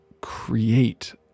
create